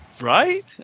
right